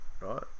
right